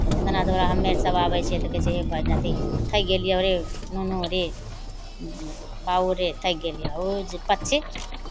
एतना दूरा हमे अर सभ आबै छियै तऽ कहै छियै हे थाकि गेलियौ रे नुनू रे बाउ रे थाकि गेलियै ओ जे पक्षी